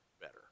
better